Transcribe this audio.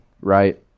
right